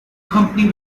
company